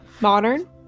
modern